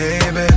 baby